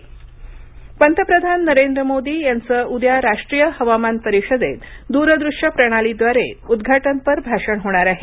हवामान परिषद पंतप्रधान नरेंद्र मोदी यांच उद्या राष्ट्रीय हवामान परिषदेत द्रदृश्य प्रणालीद्वारे उद्वाटनपर भाषण होणार आहे